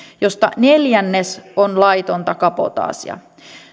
mistä neljännes on laitonta kabotaasia